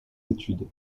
études